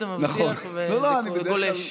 וגולש.